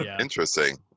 Interesting